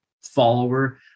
follower